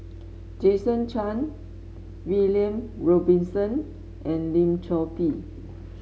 Jason Chan William Robinson and Lim Chor Pee